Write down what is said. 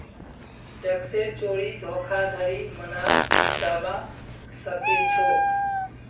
टैक्सेर चोरी धोखाधड़ी मनाल जाबा सखेछोक